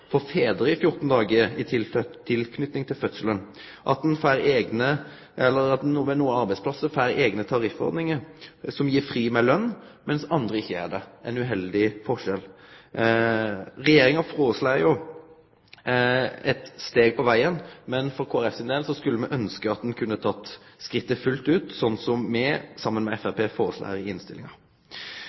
for fedrar i 14 dagar i tilknyting til fødselen. Nokre arbeidsplassar har eigne tariffordningar som gir fri med løn, mens andre ikkje gjer det – ein uheldig forskjell. Det Regjeringa foreslår, er eit steg på vegen, men for Kristeleg Folkeparti sin del skulle me ønskje at ein kunne teke skrittet fullt ut, slik me, saman med Framstegspartiet, foreslår i innstillinga.